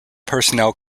personnel